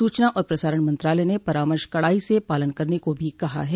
सूचना और प्रसारण मंत्रालय ने परामर्श कड़ाई से पालन करने को भी कहा है